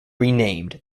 renamed